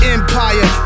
Empire